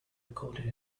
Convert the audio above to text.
recorded